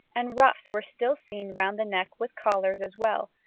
and ruffs were still seen round the neck with collars as well,